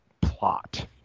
plot